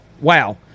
Wow